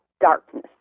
darkness